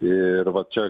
ir vat čia